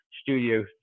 studio